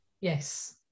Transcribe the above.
Yes